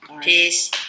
Peace